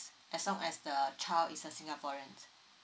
as long as the a child is a singaporean